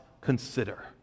consider